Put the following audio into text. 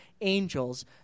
angels